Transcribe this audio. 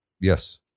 yes